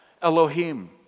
Elohim